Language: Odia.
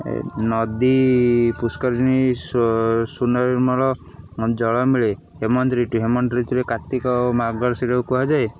ନଦୀ ପୁଷ୍କରିଣୀ ସୁ ସୁନ ନିର୍ମଳ ଜଳ ମିଳେ ହେମନ୍ତ ଋତୁ ହେମନ୍ତ ଋତୁରେ କାର୍ତ୍ତିକ ମାର୍ଗଶିର କୁହାଯାଏ